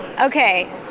Okay